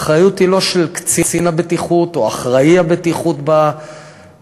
האחריות היא לא של קצין הבטיחות או אחראי הבטיחות בחברה,